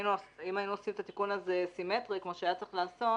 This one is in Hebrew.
היינו עושים את התיקון הזה סימטרי כמו שהיה צריך לעשות